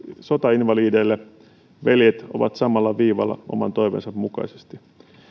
sotainvalideille veljet ovat samalla viivalla oman toiveensa mukaisesti